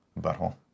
Butthole